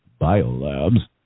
biolabs